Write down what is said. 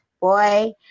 boy